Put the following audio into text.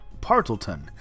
Partleton